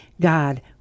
God